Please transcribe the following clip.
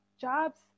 jobs